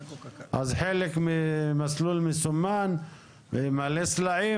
לכן במסלול שהוא מלא סלעים,